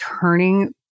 turning